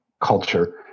culture